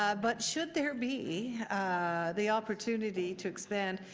ah but should there be the opportunity to expand,